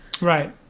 Right